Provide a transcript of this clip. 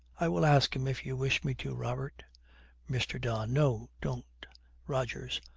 i will ask him if you wish me to, robert mr. don. no, don't rogers.